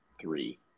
three